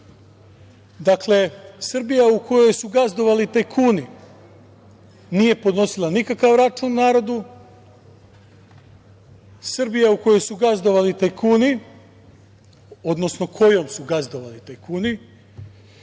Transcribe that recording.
Srbija u kojoj su gazdovali tajkuni nije podnosila nikakav račun narodu, Srbija u kojoj su gazdovali tajkuni, odnosno kojom su gazdovali tajkuni,